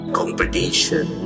competition